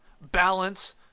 balance